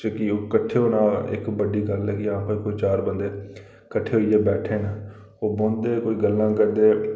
फ्ही ओह् किट्ठे होना बड्डी गल्ल ऐ जी आक्खो कोई चार बंदे कट्ठे होइयै बैठे ओह् बौंहदे कोई गल्लां करदे